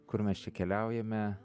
kur mes čia keliaujame